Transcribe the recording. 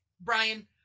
brian